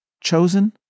chosen